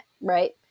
Right